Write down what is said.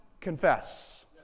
confess